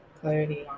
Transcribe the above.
clarity